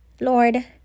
Lord